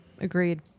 Agreed